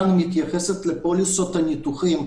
מתייחסת לפוליסות הניתוחים.